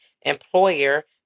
employer